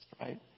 Right